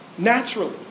Naturally